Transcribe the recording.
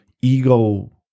ego